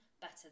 better